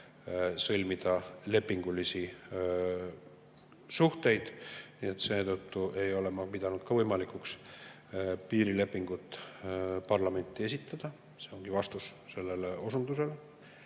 sõlmida lepingulisi suhteid, nii et seetõttu ei ole ma pidanud ka võimalikuks piirilepingut parlamenti esitada. See ongi vastus sellele osundusele.